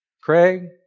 Craig